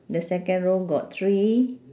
the second row got three